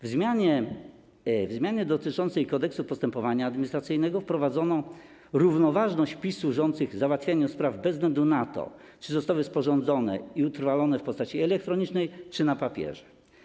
W zmianie dotyczącej Kodeksu postępowania administracyjnego wprowadzono równoważność pism służących załatwianiu spraw bez względu na to, czy zostały sporządzone i utrwalone w postaci elektronicznej, czy na papierze.